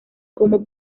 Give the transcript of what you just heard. como